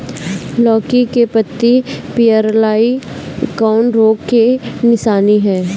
लौकी के पत्ति पियराईल कौन रोग के निशानि ह?